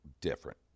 different